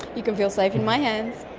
you can feel safe in my hands.